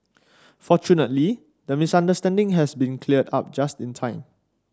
fortunately the misunderstanding has been cleared up just in time